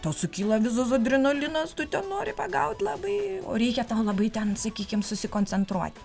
tau sukyla visas adrenalinas tu ten nori pagaut labai reikia tau labai ten sakykim susikoncentruoti